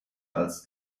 als